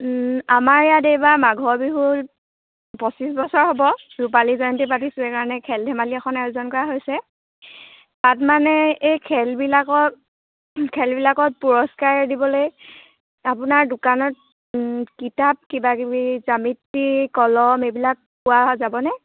আমাৰ ইয়াত এইবাৰ মাঘৰ বিহুৰ পঁচিছ বছৰ হ'ব ৰূপালী জয়ন্তী পাতিছোঁ সেইকাৰণে খেল ধেমালি এখন আয়োজন কৰা হৈছে তাত মানে এই খেলবিলাকত খেলবিলাকত পুৰস্কাৰ দিবলৈ আপোনাৰ দোকানত কিতাপ কিবাকিবি জ্যামিতি কলম এইবিলাক পোৱা যাবনে